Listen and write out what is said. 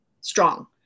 strong